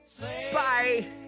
Bye